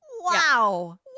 Wow